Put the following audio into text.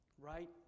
right